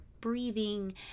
breathing